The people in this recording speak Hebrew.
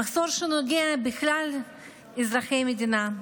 מחסור שנוגע לכלל אזרחי המדינה,